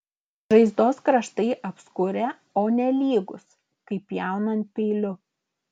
žaizdos kraštai apskurę o ne lygūs kaip pjaunant peiliu